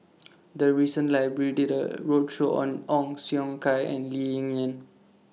The recent Library did A roadshow on Ong Siong Kai and Lee Ling Yen